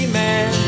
man